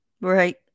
Right